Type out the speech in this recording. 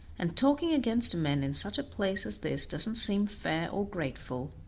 and talking against men in such a place as this doesn't seem fair or grateful,